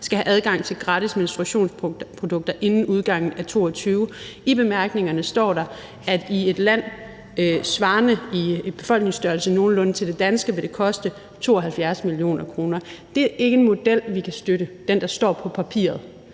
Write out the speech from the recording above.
skal have adgang til gratis menstruationsprodukter inden udgangen af 2022. I bemærkningerne står der, at i et land svarende nogenlunde til Danmark i befolkningsstørrelse vil det koste 72 mio. kr. Det er ikke en model, vi kan støtte – den, der står på papiret.